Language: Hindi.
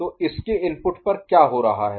तो इसके इनपुट पर क्या हो रहा है